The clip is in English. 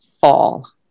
Fall